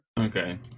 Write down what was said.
Okay